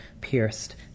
pierced